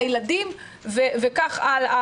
לילדים וכן הלאה.